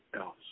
else